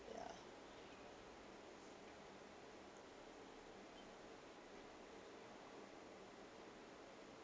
ya